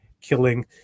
killing